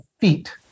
feet